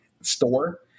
store